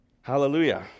Hallelujah